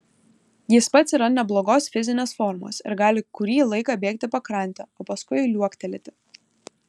jis pats yra neblogos fizinės formos ir gali kurį laiką bėgti pakrante o paskui liuoktelėti